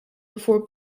before